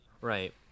right